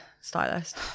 stylist